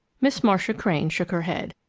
miss marcia crane shook her head.